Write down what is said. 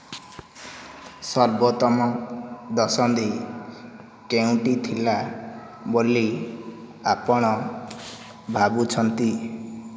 ସର୍ବୋତ୍ତମ ଦଶନ୍ଧି କେଉଁଟି ଥିଲା ବୋଲି ଆପଣ ଭାବୁଛନ୍ତି